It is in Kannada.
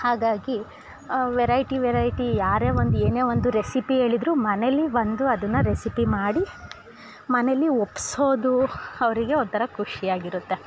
ಹಾಗಾಗಿ ವೆರೈಟಿ ವೆರೈಟಿ ಯಾರೇ ಒಂದು ಏನೇ ಒಂದು ರೆಸಿಪಿ ಹೇಳಿದ್ರು ಮನೇಲಿ ಬಂದು ಅದನ್ನು ರೆಸಿಪಿ ಮಾಡಿ ಮನೇಲಿ ಒಪ್ಸೋದು ಅವರಿಗೆ ಒಂಥರ ಖುಷ್ಯಾಗಿರುತ್ತೆ